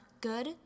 good